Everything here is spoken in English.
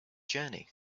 journey